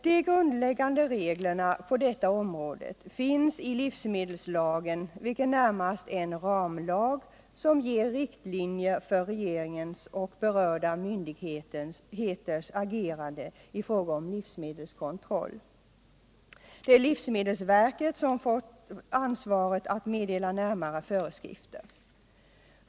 De grundläggande reglerna på detta område finns i livsmedelslagen, vilken närmast är en ramlag som eger riktlinjer för regeringens och de berörda myndigheternas agerande i fråga om livsmedelskontroll. Det är livsmedelsverket som har fått ansvaret att meddela närmare föreskrifter.